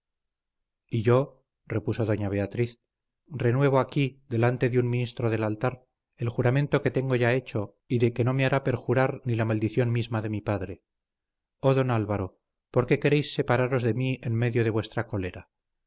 y yo repuso doña beatriz renuevo aquí delante de un ministro del altar el juramento que tengo ya hecho y de que no me hará perjurar ni la maldición misma de mi padre oh don álvaro por qué queréis separaros de mí en medio de vuestra cólera